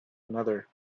another